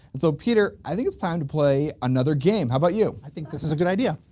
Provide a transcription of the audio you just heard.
and so peter i think it's time to play another game, how about you? i think this is a good idea.